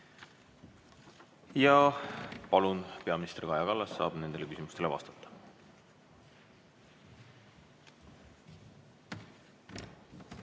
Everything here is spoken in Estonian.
Palun, peaminister Kaja Kallas saab nendele küsimustele vastata.